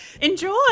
enjoy